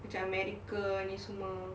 macam america ni semua